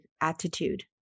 attitude